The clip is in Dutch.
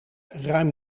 ruim